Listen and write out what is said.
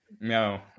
No